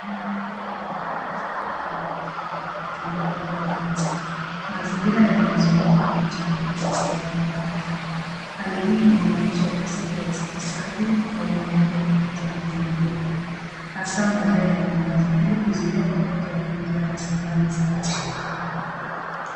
Mvulana mdogo anaonekana akicheza na maji machafu kwa kutumia bomba la plastiki. Mazingira yanayomzunguka ni machafu na si salama kwa afya. Hali hii inaonesha ukosefu wa usafi na umuhimu wa kutunza mazingira, hasa maeneo yenye maji, ili kuzuia magonjwa na kulinda rasilimali za asili.